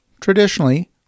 Traditionally